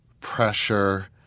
pressure